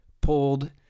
pulled